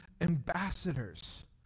ambassadors